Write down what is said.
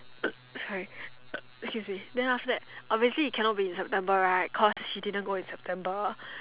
sorry excuse me then after that obviously it can not be in September right cause she didn't go in September